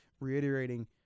reiterating